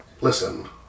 Listen